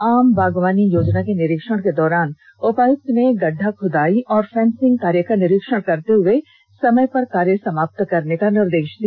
आम बागवानी योजना के निरीक्षण के दौरान उपायुक्त ने गड्ढा खुदाई एवं फेंसिंग कार्य का निरीक्षण करते हुए समय कार्य समाप्त करने का निर्देश दिया